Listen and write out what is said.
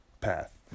path